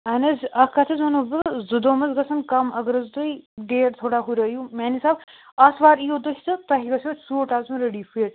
اہن حظ اَکھ کَتھ حظ وَنہو بہٕ زٕ دۄہ ما حظ گژھیٚن کَم اگر حظ تُہۍ ڈیٹ تھوڑا ہُررٲیِو میٛانہِ حساب آتھوار یِیِو تُہۍ تہٕ تۄہہِ گَژھوٕ سوٗٹ آسُن ریٚڈی فِٹ